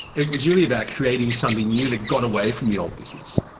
it was really about creating something new that got away from the old business.